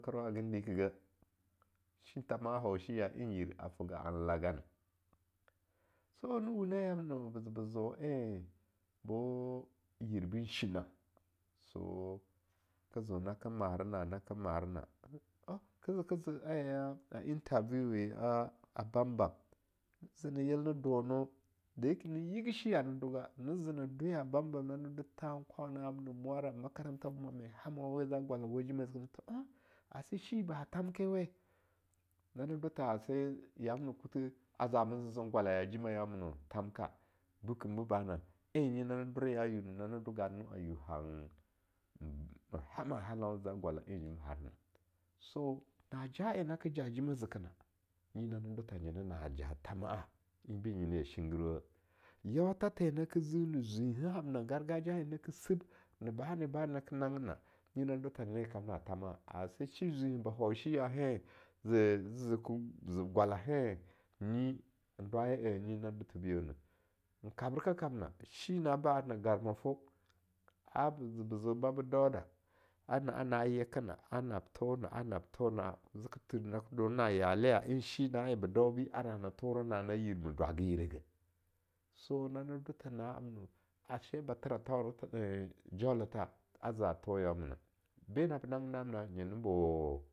Zekerwa hagan dikeh gah shin thama'a hau shiyaa enyir a fegan lagana, so ne wuneh yamna be ze be zo en bo yir benshi na'a so, ke zeo nake mare naa-nake mare naa, ka ze ka ze a interview a bamba, ze ne yel ne cono, dayake ni yigi shiyaa ni doga, ne zene dwe ya Bambam nani dothan kwana amnan mwara, makaranta wa ba mwanen hamo we za gwala wajima zeka, tha oung? a se shibi ba ha thamkewe? nani do tha ase yamna kutheh aza man zezen gwala ya jimayawu muno thamka, bekem bo bona? en nyi nano dor yayiu han hana halaun za gwala anjim harna. so, naja en nake ja jimeh zekena, nyinane do tha nyina najo thama'an enbi nyina ya shinggir weh, yautha the nake zin ni zwine he hamna, gargajiya hen naki sib, na bane bane nake nangginna nyi na do tha yena ye kamna thana'a, ase shi zwingheh ba hau shi yaa hen zeb gwala hen nyi en awaya anyi na do tha biyonah, kabreka kamna, shi naa baba arna garmafo, abbe ze be zeo babe dauda, ar na'an na, yekena, a nab tho na'a, nab tho na'a, zeke thi nake done na'a yaleya en be daubi ara na na thoro naa nayil ma dwaga yireh gah so nane do tha na'amna, ase nathera jauletha aza thau yaawumina, be nabe nanggim na'amnena nyina bo.